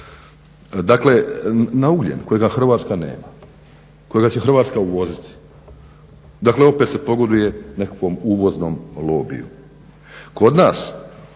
Dakle, na ugljen kojega Hrvatska nema, kojega će Hrvatska uvoziti. Dakle, opet se pogoduje nekakvom uvoznom lobiju.